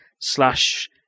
slash